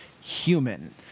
Human